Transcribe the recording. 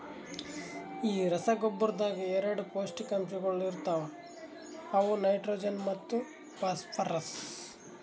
ಈ ರಸಗೊಬ್ಬರದಾಗ್ ಎರಡ ಪೌಷ್ಟಿಕಾಂಶಗೊಳ ಇರ್ತಾವ ಅವು ನೈಟ್ರೋಜನ್ ಮತ್ತ ಫಾಸ್ಫರ್ರಸ್